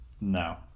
No